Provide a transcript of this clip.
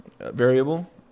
variable